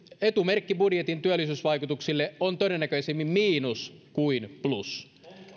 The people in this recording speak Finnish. etumerkki budjetin työllisyysvaikutuksille on todennäköisemmin miinus kuin plus